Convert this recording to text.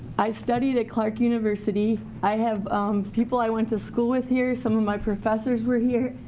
i studied at clarke university i have people i went to school with here, some of my professors were here.